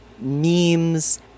memes